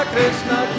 Krishna